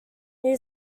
new